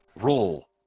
roll